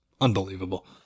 unbelievable